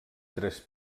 tres